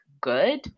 good